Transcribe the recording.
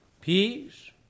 peace